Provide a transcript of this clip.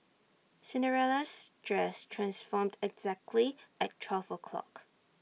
Cinderella's dress transformed exactly at twelve o'clock